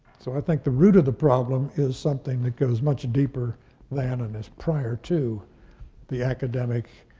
so i think the root of the problem is something that goes much deeper than and is prior to the academic